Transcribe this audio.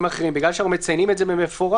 אחרים בגלל שאנחנו מציינים את זה במפורש.